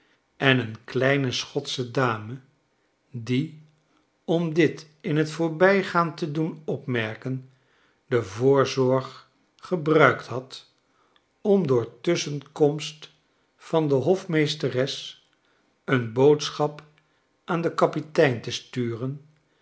en eene kleine schotsche dame die om dit in t voorbijgaan te doen opmerken de voorzorg gebruikt had om door tusschenkomst van de hofmeesteres een boodschap aan den kapitein te sturen